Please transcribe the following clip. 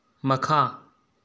ꯃꯈꯥ